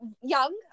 young